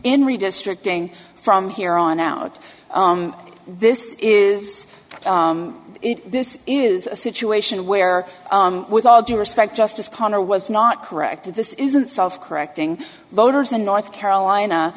in redistricting from here on out this is this is a situation where with all due respect justice connor was not corrected this isn't self correcting voters in north carolina